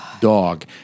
Dog